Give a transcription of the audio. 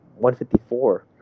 154